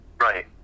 right